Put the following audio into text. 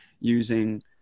using